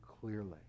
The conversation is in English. clearly